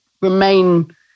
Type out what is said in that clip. remain